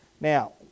Now